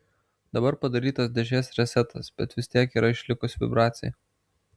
dabar padarytas dėžės resetas bet vis tiek yra išlikus vibracija